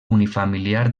unifamiliar